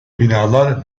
binalar